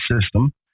system